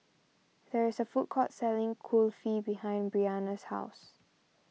there is a food court selling Kulfi behind Breanna's house